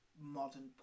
modern